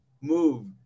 move